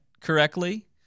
correctly